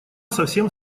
совсем